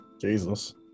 Jesus